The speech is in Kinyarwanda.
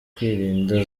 kwirinda